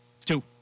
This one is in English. Two